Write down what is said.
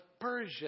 Persia